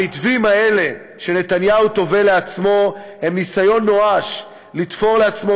המתווים האלה שנתניהו טווה לעצמו הם ניסיון נואש לתפור לעצמו